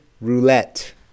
roulette